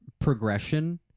progression